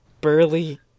burly